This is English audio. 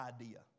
idea